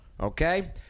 Okay